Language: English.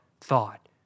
thought